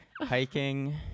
hiking